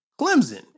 Clemson